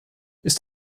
ist